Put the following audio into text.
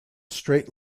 straight